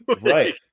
Right